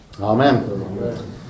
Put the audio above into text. Amen